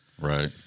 right